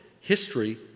history